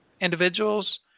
individuals